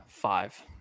five